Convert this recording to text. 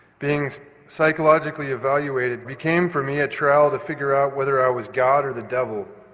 being psychologically evaluated became for me a trial to figure out whether i was god or the devil.